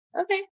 Okay